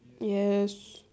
yes